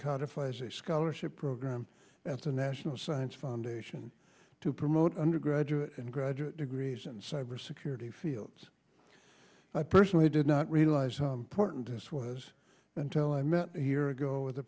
codified as a scholarship program at the national science foundation to promote undergraduate and graduate degrees and cybersecurity fields i personally did not realize how important this was until i met here ago with a